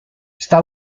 sta